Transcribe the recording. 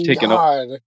God